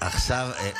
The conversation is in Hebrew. אפילו לא בצחוק.